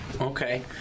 Okay